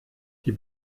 die